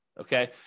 okay